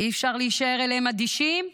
אי-אפשר להישאר אדישים אליהם.